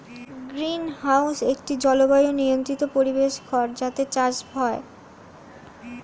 greenhouse একটি জলবায়ু নিয়ন্ত্রিত পরিবেশ ঘর যাতে চাষবাস হয়